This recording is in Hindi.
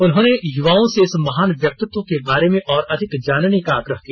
उन्होंने युवाओं से इस महान व्यक्तित्व के बारे में और अधिक जानने का आग्रह किया